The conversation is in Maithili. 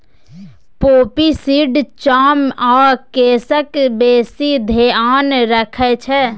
पोपी सीड चाम आ केसक बेसी धेआन रखै छै